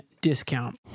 discount